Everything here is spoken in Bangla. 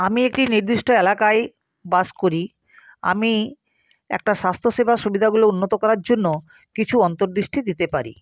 আমি একটি নির্দিষ্ট এলাকায় বাস করি আমি একটা স্বাস্থ্যসেবা সুবিধাগুলো উন্নত করার জন্য কিছু অন্তর্দৃষ্টি দিতে পারি